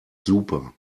super